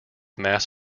mass